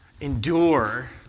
endure